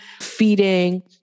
feeding